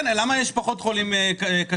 כן, למה יש פחות חולים קשים?